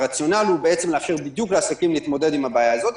כאשר הרציונל הוא לאפשר לעסקים להתמודד בדיוק עם הבעיה הזאת.